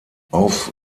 auf